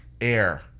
Air